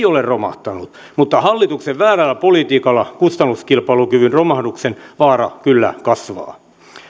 ole romahtanut mutta hallituksen väärällä politiikalla kustannuskilpailukyvyn romahduksen vaara kyllä kasvaa